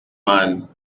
man